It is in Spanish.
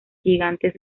gigantes